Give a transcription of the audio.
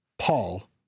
Paul